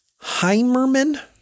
Heimerman